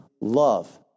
love